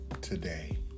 today